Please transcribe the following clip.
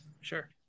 Sure